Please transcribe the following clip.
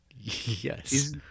Yes